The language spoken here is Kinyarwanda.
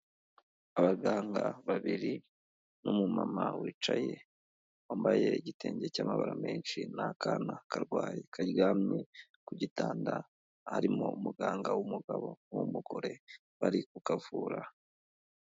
Abaganga babiri n'umumama wicaye wambaye igitenge cy'amabara menshi n'akana karwaye, karyamye ku gitanda, harimo umuganga w'umugabo n'uw'umugore bari ku kavura.